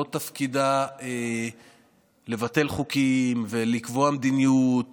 לא תפקידה לבטל חוקים ולקבוע מדיניות